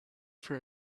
for